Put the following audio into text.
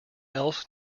else